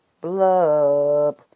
blub